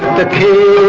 the king